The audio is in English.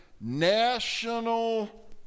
national